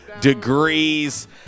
degrees